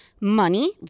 money